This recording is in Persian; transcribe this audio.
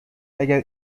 اگر